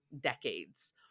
decades